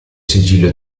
sigillo